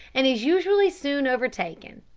and is usually soon overtaken.